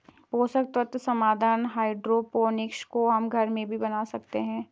पोषक तत्व समाधान हाइड्रोपोनिक्स को हम घर में भी बना सकते हैं